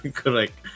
correct